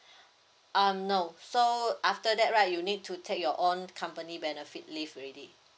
um no so after that right you need to take your own company benefit leave already